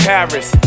Paris